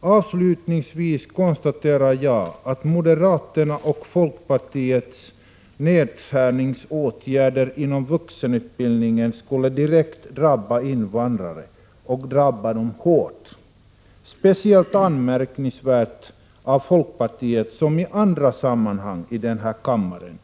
Avslutningsvis konstaterar jag att moderaternas och folkpartiets nedskärningsåtgärder inom vuxenutbildningen skulle direkt drabba invandrare och drabba dem hårt. Det är speciellt anmärkningsvärt beträffande folkpartiet, som i andra sammanhang här i kammaren